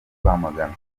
rwamagana